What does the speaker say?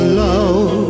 love